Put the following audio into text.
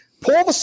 Paul